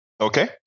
okay